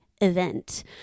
event